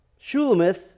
Shulamith